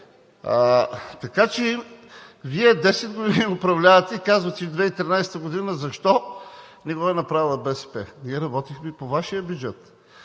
ГЕРБ? Вие 10 години управлявате и казвате: 2013 г. защо не го е направила БСП? Ние работихме по Вашия бюджет